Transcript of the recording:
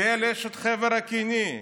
יעל אשת חבר הקיני,